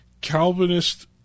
Calvinist